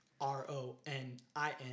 R-O-N-I-N